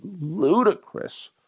ludicrous